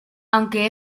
aunque